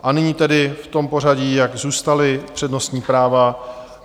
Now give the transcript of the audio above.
A nyní tedy v tom pořadí, jak zůstala přednostní práva.